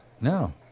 No